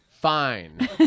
Fine